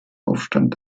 aufstand